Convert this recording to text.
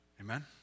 Amen